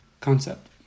concept